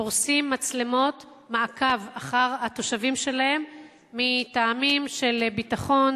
פורסים מצלמות מעקב אחר התושבים שלהם מטעמים של ביטחון,